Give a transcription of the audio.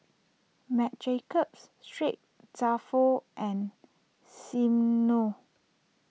Marc Jacobs Street Dalfour and Smirnoff